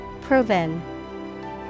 Proven